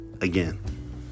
again